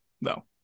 no